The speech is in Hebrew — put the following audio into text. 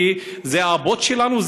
כי זה האבות שלנו,